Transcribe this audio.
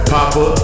Papa